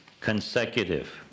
consecutive